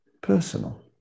personal